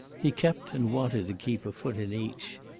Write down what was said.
he kept and wanted to keep a foot in each.